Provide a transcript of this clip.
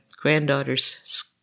granddaughter's